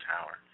tower